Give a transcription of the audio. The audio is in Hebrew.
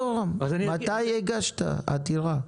מתי הגשת עתירה?